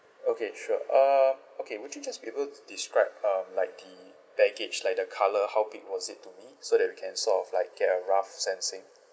okay sure uh okay would you just be able to describe um like the baggage like the colour how big was it to me so that we can sort of like get a rough sensing